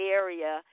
area